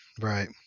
Right